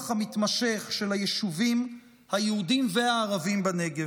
המתמשך של היישובים היהודיים והערביים בנגב.